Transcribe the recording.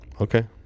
Okay